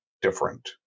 Different